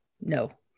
no